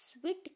sweet